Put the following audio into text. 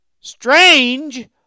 strange